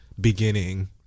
Beginning